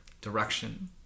direction